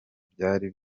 byari